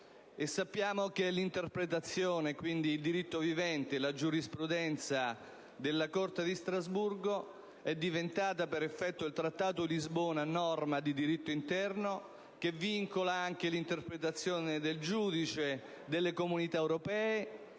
Sappiamo che l'interpretazione, quindi il diritto vivente e la giurisprudenza della Corte di Strasburgo, è diventata, per effetto del Trattato di Lisbona, norma di diritto interno, che vincola anche l'interpretazione del giudice delle Comunità europee